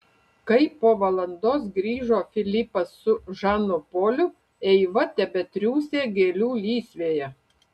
kai po valandos grįžo filipas su žanu poliu eiva tebetriūsė gėlių lysvėje